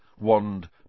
wand